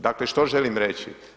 Dakle što želim reći?